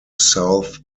south